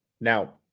Now